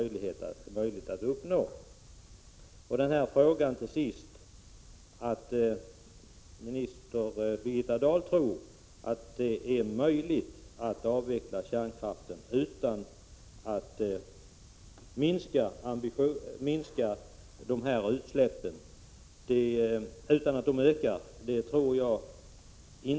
Jag tror inte på att det går att avveckla kärnkraften utan att utsläppen ökar, vilket minister Birgitta Dahl tror.